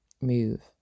move